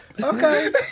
Okay